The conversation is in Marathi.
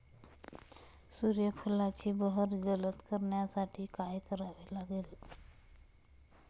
सूर्यफुलाची बहर जलद करण्यासाठी काय करावे लागेल?